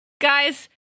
guys